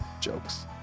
jokes